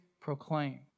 proclaim